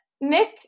Nick